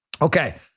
Okay